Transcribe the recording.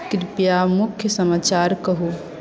कृपया मुख्य समाचार कहू